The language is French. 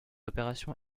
opération